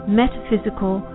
metaphysical